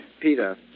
Peter